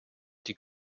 die